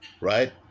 Right